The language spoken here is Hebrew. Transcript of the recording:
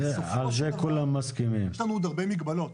בסופו של דבר יש לנו עוד הרבה מגבלות.